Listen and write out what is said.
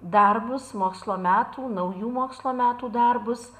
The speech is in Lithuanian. darbus mokslo metų naujų mokslo metų darbus